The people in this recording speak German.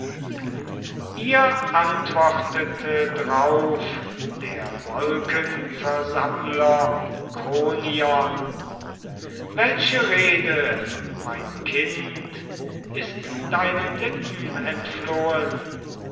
ihr antwortete drauf der wolkenversammler kronion welche rede mein kind ist deinen lippen entflohen